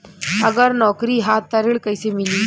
अगर नौकरी ह त ऋण कैसे मिली?